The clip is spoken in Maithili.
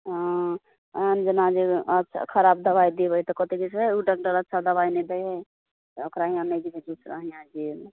हँ आन जेना जे खराब दबाइ देबै तऽ कहतै जे हँ ओ डाकडर अच्छा दवाइ नहि दै है ओकरा इएहा नहि जेबै दोसरा इएहा गेल